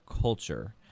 culture